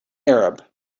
arab